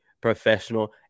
professional